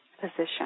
position